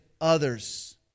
others